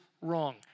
wrong